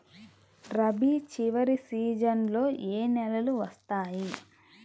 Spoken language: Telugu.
రబీ చివరి సీజన్లో ఏ నెలలు వస్తాయి?